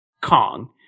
Kong